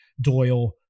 Doyle